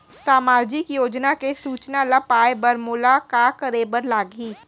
सामाजिक योजना के सूचना ल पाए बर मोला का करे बर लागही?